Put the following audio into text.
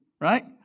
right